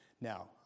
Now